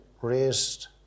raised